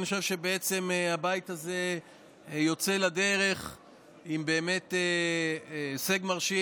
אני חושב שבעצם הבית הזה יוצא לדרך באמת עם הישג מרשים,